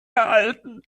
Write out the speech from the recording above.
erhalten